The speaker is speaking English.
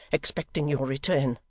expecting your return